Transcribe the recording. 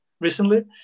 recently